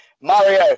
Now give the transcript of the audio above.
Mario